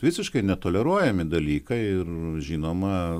visiškai netoleruojami dalykai ir žinoma